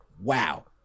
wow